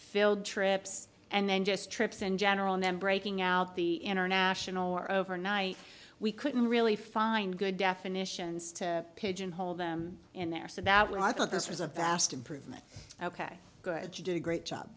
field trips and then just trips in general in them breaking out the international or overnight we couldn't really find good definitions to pigeonhole them in there so that when i thought this was a vast improvement ok good you do a great job